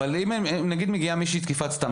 אבל אם נגיד מגיעה מישהו עם עבירת תקיפת סתם,